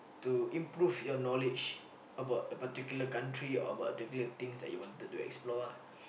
to improve your knowledge about a particular country or about the things that you wanted to explore ah